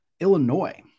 Illinois